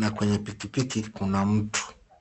na kwenye pikipiki kuna mtu.